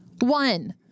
One